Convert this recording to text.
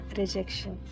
rejection